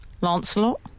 Lancelot